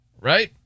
Right